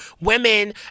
women